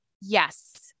Yes